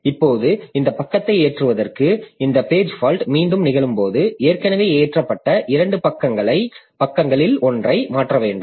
இப்போது இந்த பக்கத்தை ஏற்றுவதற்கு இந்த பேஜ் ஃபால்ட் மீண்டும் நிகழும்போது ஏற்கனவே ஏற்றப்பட்ட இரண்டு பக்கங்களில் ஒன்றை மாற்ற வேண்டும்